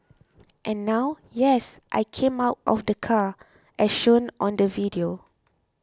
and now yes I came out of the car as shown on the video